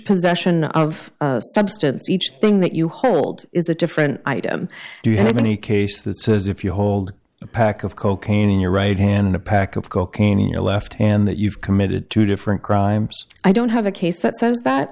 possession of substance each thing that you hold is a different item do you have any case that says if you hold a pack of cocaine in your right hand a pack of cocaine in your left hand that you've committed two different crimes i don't have a case that says that